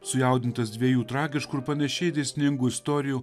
sujaudintas dviejų tragiškų ir panašiai dėsningų istorijų